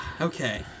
Okay